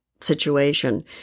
situation